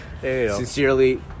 sincerely